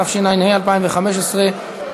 התשע"ה 2015,